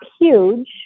huge